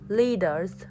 leaders